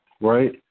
Right